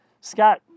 Scott